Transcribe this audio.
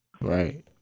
Right